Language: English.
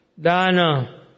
dana